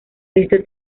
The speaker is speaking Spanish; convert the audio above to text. esto